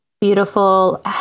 beautiful